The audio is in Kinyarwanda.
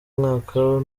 umwaka